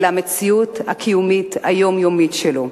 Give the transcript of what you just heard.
אלא במציאות הקיומית היומיומית שלו.